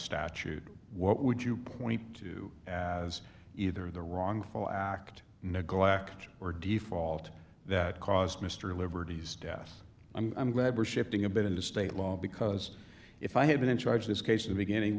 statute what would you point to as either the wrongful act neglect or default that caused mr liberty's death i'm glad we're shifting a bit into state law because if i had been in charge this case the beginning